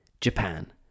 Japan